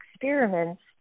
Experiments